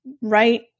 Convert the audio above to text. right